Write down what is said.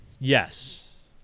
Yes